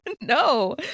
No